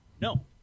No